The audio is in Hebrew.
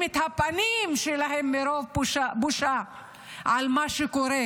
את הפנים שלהם מרוב בושה על מה שקורה,